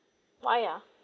why ah